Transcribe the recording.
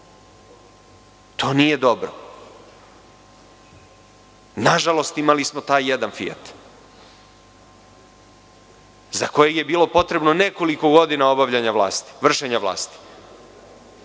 To nije dobro. Nažalost, imali smo taj jedan „Fijat“ za koji je bilo potrebno nekoliko godina vršenja vlasti. Onda smo